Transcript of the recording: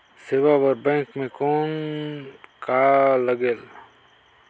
सेवा बर बैंक मे कौन का लगेल?